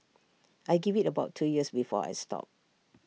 I give IT about two years before I stop